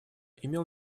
имел